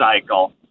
cycle